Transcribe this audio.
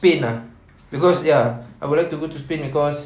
spain ah cause ya I would like to go to spain cause